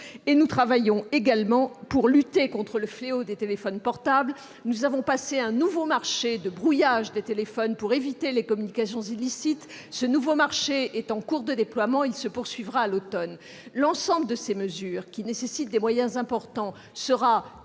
Nous travaillons également pour lutter contre le fléau des téléphones portables : nous avons passé un nouveau marché de brouillage des téléphones pour éviter les communications illicites. Son déploiement est en cours et se poursuivra à l'automne. Toutes ces mesures, qui nécessitent des moyens importants, seront